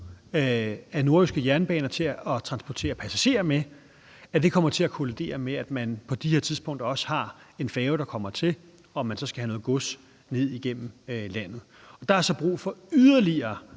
at bruge til at transportere passagerer med, kommer til at kollidere med, at man på de her tidspunkter også har en færge, der lægger til, og man så skal have noget gods ned igennem landet. Der er så brug for yderligere